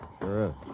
sure